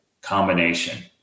combination